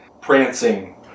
prancing